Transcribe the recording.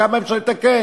כמה אפשר לתקן?